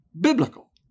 biblical